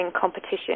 Competition